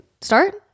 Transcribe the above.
start